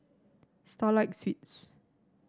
Starlight Suites